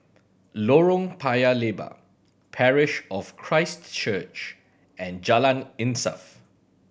Lorong Paya Lebar Parish of Christ Church and Jalan Insaf